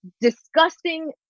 disgusting